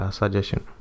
suggestion